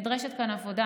נדרשת כאן עבודה.